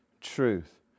truth